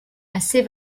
assez